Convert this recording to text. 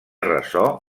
ressò